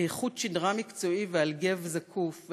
חוט שדרה מקצועי ועל גב זקוף.